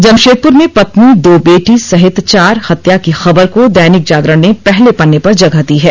जमशेदपुर में पत्नी दो बेटी सहित चार हत्या की खबर को दैनिक जागरण ने पहले पन्ने पर जगह दी है